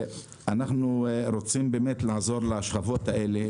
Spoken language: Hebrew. אנחנו רוצים לעזור לשכבות האלה,